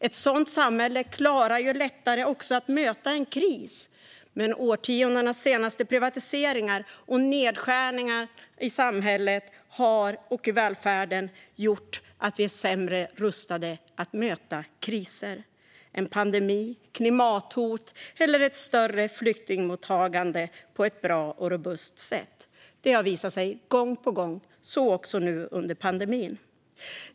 Ett sådant samhälle klarar också lättare att möta en kris, men de senaste årtiondenas privatiseringar och nedskärningar i samhället och välfärden har gjort att vi är sämre rustade att möta kriser - en pandemi, klimathot eller ett större flyktingmottagande - på ett bra och robust sätt. Detta har visat sig gång på gång, så också nu under pandemin.